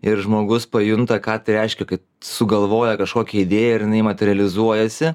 ir žmogus pajunta ką tai reiškia kai sugalvoja kažkokią idėją ir jinai materializuojasi